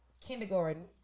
kindergarten